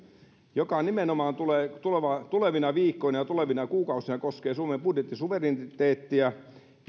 jotka nimenomaan tulevina viikkoina ja tulevina kuukausina koskevat suomen budjettisuvereniteettia